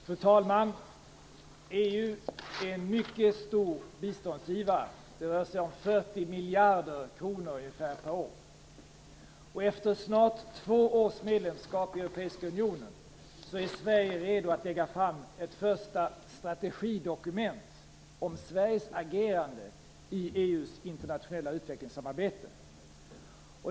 Fru talman! EU är en mycket stor biståndsgivare. EU:s bistånd rör sig om ca 40 miljarder kronor per år. Efter snart två års medlemskap i Europeiska unionen är Sverige redo att lägga fram ett första strategidokument om Sveriges agerande i EU:s internationella utvecklingssamarbete.